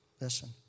Listen